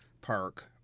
park